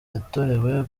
yatorewe